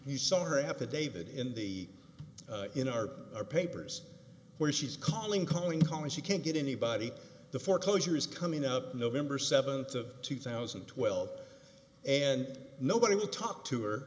you saw her affidavit in the in our our papers where she's calling calling calling she can't get anybody the foreclosure is coming up november seventh of two thousand and twelve and nobody will talk to her